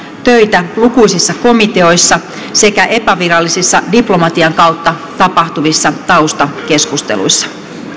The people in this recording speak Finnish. töitä lukuisissa komiteoissa sekä epävirallisissa diplomatian kautta tapahtuvissa taustakeskusteluissa